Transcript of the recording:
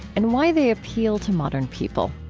and why they appeal to modern people.